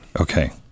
Okay